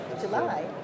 July